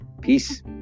peace